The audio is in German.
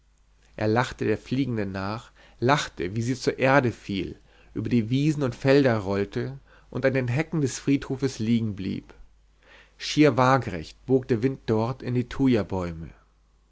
er lachte der fliegenden nach lachte wie sie fern zur erde fiel über die wiesen und felder rollte und an den hecken des friedhofes liegen blieb schier wagerecht bog dort der wind die